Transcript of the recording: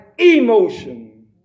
emotion